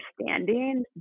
understanding